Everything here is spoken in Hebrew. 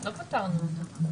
לא פטרנו אותם.